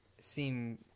seem